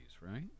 right